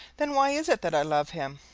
then why is it that i love him?